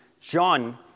John